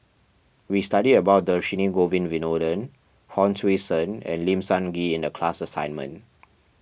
we studied about Dhershini Govin Winodan Hon Sui Sen and Lim Sun Gee in the class assignment